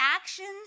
actions